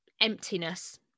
emptiness